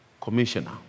Commissioner